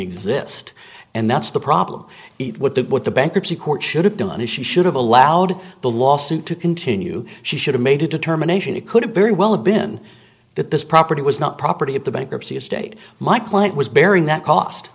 exist and that's the problem is what the what the bankruptcy court should have done is she should have allowed the lawsuit to continue she should have made a determination it could have very well been that this property was not property of the bankruptcy estate my client was bearing that cost